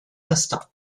instant